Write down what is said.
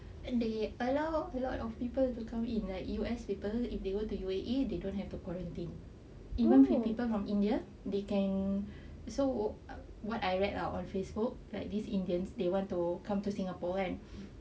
they allow a lot of people to come in ah like U_S people they can go to U_A_E they don't have to quarantine even people from india they can so what I read lah on facebook like these indians they want to come to singapore and